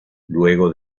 luego